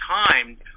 timed